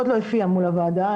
עוד לא הופיע מול הוועדה,